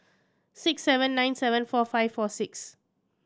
six seven nine seven four five four six